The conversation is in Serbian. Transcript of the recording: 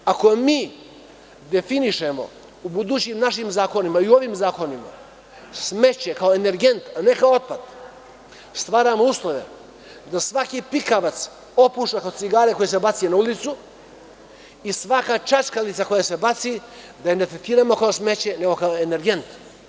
Ako mi definišemo u budućim našim zakonima i u ovim zakonima smeće, kao energent, a ne kao otpad, stvaramo uslove da svaki pikavac, opušak od cigare koji se baci na ulicu i svaka čačkalica koja se baci da je ne tretiramo kao smeće, nego kao energent.